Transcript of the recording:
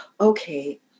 okay